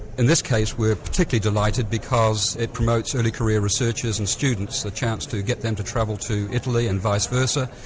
in this case we're particularly delighted because it promotes early-career researchers and students the chance to get them to travel to italy and visa versa,